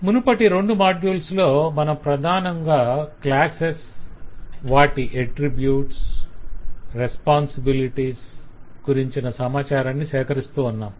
మునుపటి రెండు మాడ్యుల్స్ లో మనం ప్రధానంగా క్లాసెస్ వాటి అట్రిబ్యూట్స్ రెస్పొంసిబిలిటీస్ responsibilities బాధ్యతలు గురించిన సమాచారాన్ని సేకరిస్తూ ఉన్నాం